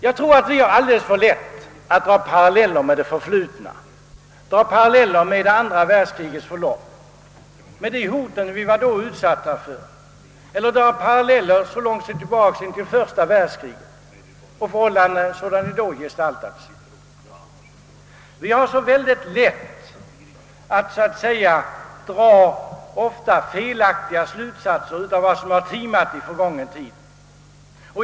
Vi har nog alldeles för lätt att dra paralleller med det förflutna, t.ex. med andra världskrigets förlopp och det hot som vi då var utsatta för. Vi är till och med benägna att gå så långt tillbaka som till första världskriget och göra jämförelser med de förhållanden som då rådde. Vi har så lätt att dra felaktiga slutsatser av vad som har timat i förgången tid.